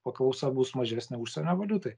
paklausa bus mažesnė užsienio valiutai